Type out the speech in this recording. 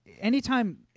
anytime